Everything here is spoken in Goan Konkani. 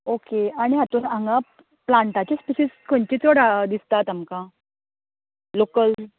ओके आनी हातूंन हांगां प्लान्टाचे स्पिशीस खंयचे चड हा दिसतात आमकां लोकल